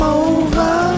over